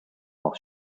while